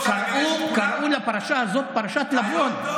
וקראו לפרשה הזאת פרשת לבון.